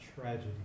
tragedy